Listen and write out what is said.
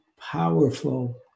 powerful